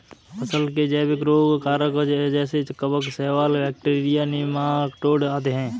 फसल के जैविक रोग कारक जैसे कवक, शैवाल, बैक्टीरिया, नीमाटोड आदि है